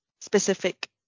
specific